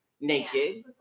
naked